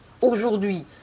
Aujourd'hui